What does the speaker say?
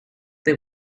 they